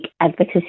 advocacy